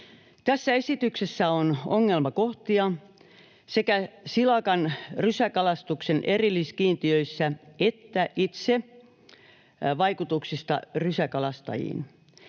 Tässä esityksessä on ongelmakohtia sekä silakan rysäkalastuksen erilliskiintiöissä että itse vaikutuksissa rysäkalastajiin.